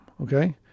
okay